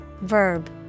verb